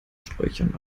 sträuchern